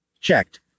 Checked